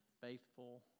faithful